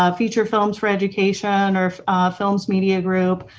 ah feature films for education or films media group.